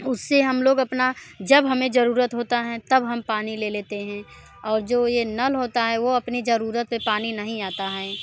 उससे हम लोग अपना जब हमें ज़रूरत होता है तब हम पानी ले लेते हैं और जो यह नल होता है वह अपनी ज़रूरत पर पानी नहीं आता हैं